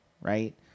right